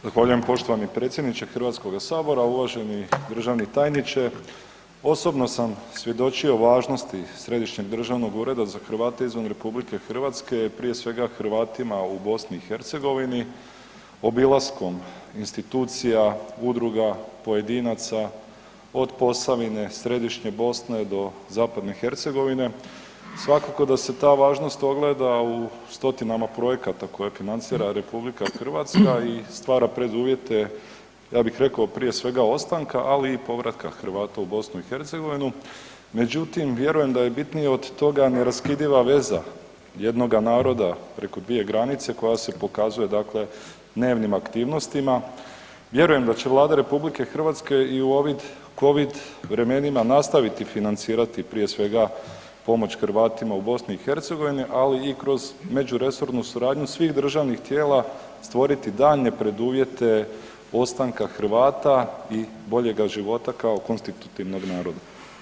Zahvaljujem poštovani predsjedniče HS-a, uvaženi državni tajniče, osobno sam svjedočio važnosti Središnjeg državnog ureda za Hrvate izvan RH, prije svega Hrvatima u BiH, obilasku institucija, udruga, pojedinaca, od Posavine, Središnje Bosne do zapadne Hercegovine, svakako da se ta važnost ogleda u stotinama projekata koje financira RH i stvara preduvjete, ja bih rekao prije svega ostanka, ali i povratka Hrvata u BiH međutim, vjerujem da je bitnije od toga neraskidiva veza jednoga naroda preko dvije granice koja se pokazuje dakle dnevnim aktivnostima, vjerujem da će Vlada RH i u ovim COVID vremenima nastaviti financirati prije svega pomoć Hrvatima u BiH-u ali i kroz međuresornu suradnju svih državnih tijela, stvoriti daljnje preduvjete ostanka Hrvata i boljega života kao konstitutivnog naroda.